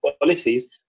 policies